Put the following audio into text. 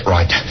Right